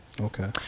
Okay